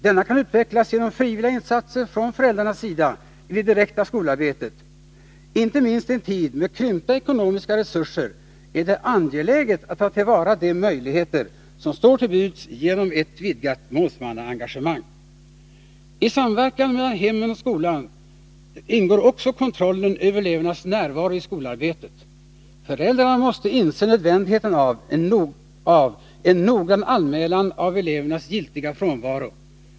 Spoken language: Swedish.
Denna kan utvecklas genom frivilliga insatser från föräldrarnas sida i det direkta skolarbetet. Inte minst i en tid med krympta ekonomiska resurser är det angeläget att ta till vara de möjligheter som står till buds genom ett vidgat målsmannaengagemang. I samverkan mellan skolan och hemmen ingår också kontrollen över elevernas närvaro i skolarbetet. Föräldrarna måste inse nödvändigheten av en noggrann anmälan av elevernas giltiga frånvaro.